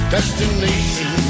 Destination